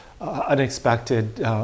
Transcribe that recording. unexpected